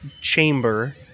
chamber